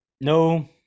no